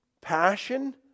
passion